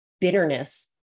bitterness